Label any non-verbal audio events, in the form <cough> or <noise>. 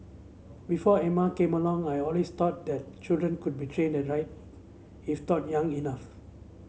before Emma came along I always thought that children could be trained <unintelligible> right if taught young enough